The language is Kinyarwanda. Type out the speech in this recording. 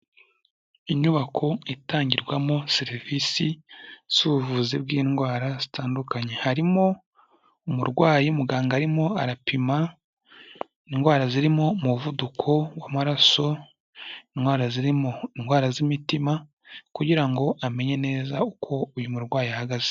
Inyubako itangirwamo serivisi z'ubuvuzi bw'indwara zitandukanye, harimo umurwayi muganga arimo arapima indwara zirimo muvuduko w'amaraso, indwara zirimo indwara z'imitima kugira ngo amenye neza uko uyu murwayi ahagaze.